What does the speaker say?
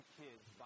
kids